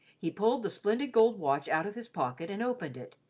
he pulled the splendid gold watch out of his pocket and opened it,